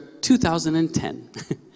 2010